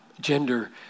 gender